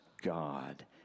God